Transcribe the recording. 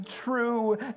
true